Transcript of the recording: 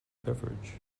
beverage